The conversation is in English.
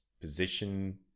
position